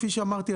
כפי שאמרתי,